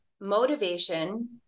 motivation